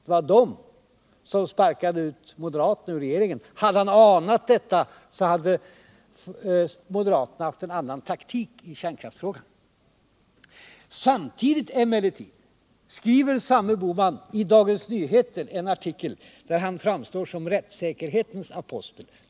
Det var folkpartisterna som sparkade ut moderaterna ur regeringen. Hade herr Bohman anat detta, så hade moderaterna haft en annan taktik i kärnkraftsfrågan. Samtidigt skriver emellertid samme Bohman i Dagens Nyheter en artikel, där han framstår som rättssäkerhetens apostel.